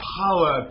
power